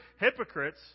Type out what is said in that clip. hypocrites